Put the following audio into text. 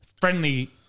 friendly